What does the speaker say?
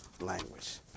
language